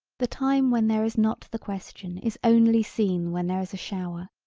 the time when there is not the question is only seen when there is a shower.